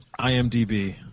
IMDB